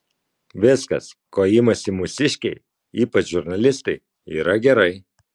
viskas ko imasi mūsiškiai ypač žurnalistai yra gerai